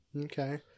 Okay